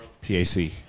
P-A-C